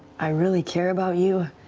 i really care about you,